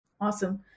Awesome